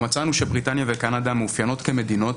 מצאנו שבריטניה וקנדה מאופיינות כמדינות